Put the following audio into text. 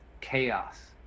chaos